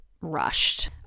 rushed